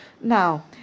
Now